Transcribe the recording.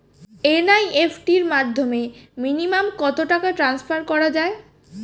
NEFT র মাধ্যমে minimum কত টাকা টান্সফার করা যায়?